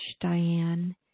Diane